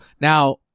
Now